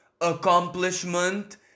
accomplishment